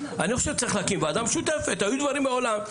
אני חושב שצריך להקים ועדה משותפת היו דברים מעולם.